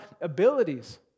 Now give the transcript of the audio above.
abilities